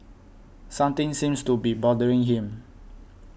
something seems to be bothering him